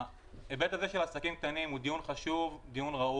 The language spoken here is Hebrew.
ההיבט הזה של עסקים קטנים הוא דיון חשוב וראוי,